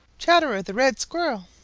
chatterer the red squirrel,